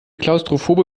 klaustrophobe